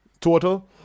Total